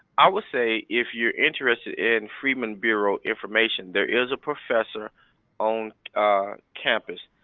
i would say if you're interested in freedmen bureau information, there is a professor on campus,